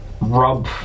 rub